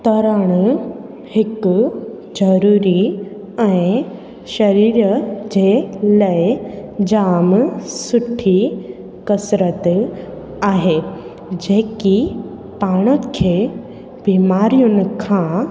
तरणु हिकु ज़रूरी ऐं शरीर जे लाइ जामु सुठी कसरत आहे जेकी पाण खे बीमारियुनि खां